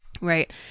Right